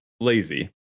lazy